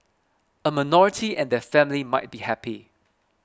a minority and their family might be happy